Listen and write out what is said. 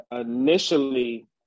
initially